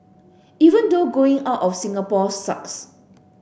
even though going out of Singapore sucks